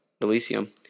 Elysium